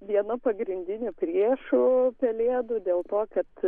vienu pagrindiniu priešu pelėdų dėl to kad